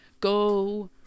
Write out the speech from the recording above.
go